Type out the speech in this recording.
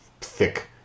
thick